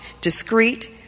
discreet